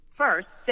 First